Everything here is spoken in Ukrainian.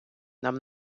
нам